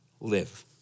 live